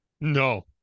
No